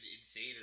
insane